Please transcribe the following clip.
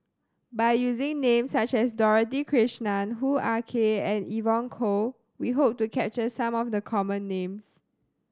by using names such as Dorothy Krishnan Hoo Ah Kay and Evon Kow we hope to capture some of the common names